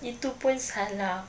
itu pun salah